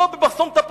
לא, במחסום תפוח.